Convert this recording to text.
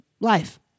Life